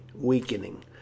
weakening